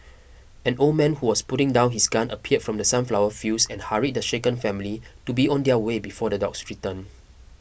an old man who was putting down his gun appeared from the sunflower fields and hurried the shaken family to be on their way before the dogs return